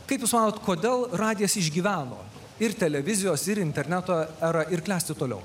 kaip jūs manot kodėl radijas išgyveno ir televizijos ir interneto erą ir klesti toliau